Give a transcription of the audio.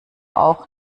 auch